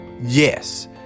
yes